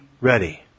ready